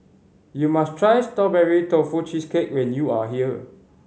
you must try Strawberry Tofu Cheesecake when you are here